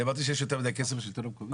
אני אמרתי שיש יותר מדי כסף בשלטון המקומי?